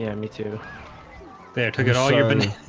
yeah me too there took it all you're beneath